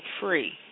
free